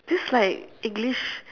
this is like english